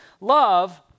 Love